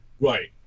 Right